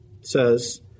says